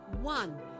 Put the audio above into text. One